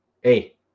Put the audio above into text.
hey